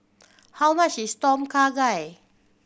how much is Tom Kha Gai